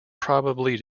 probably